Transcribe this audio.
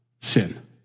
sin